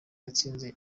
yatsinze